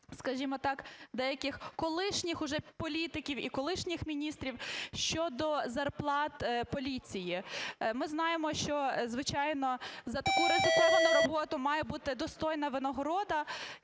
деяких колишніх вже політиків і колишніх міністрів щодо зарплат поліції. Ми знаємо, що звичайно за таку ризиковану роботу має бути достойна винагорода.